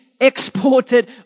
exported